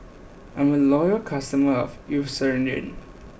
I'm a loyal customer of Eucerin